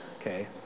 okay